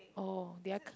oh did I